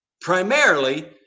primarily